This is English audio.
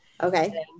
Okay